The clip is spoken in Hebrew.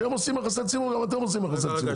כמו שאתם עושים יחסי ציבור גם הם עושים יחסי ציבור.